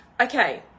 Okay